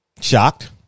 shocked